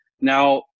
Now